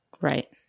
Right